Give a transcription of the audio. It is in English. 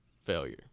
failure